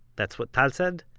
that's what tal said,